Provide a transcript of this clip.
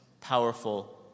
powerful